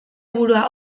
burua